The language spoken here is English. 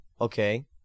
Okay